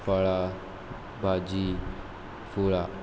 फळां भाजी फुळां